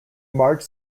marge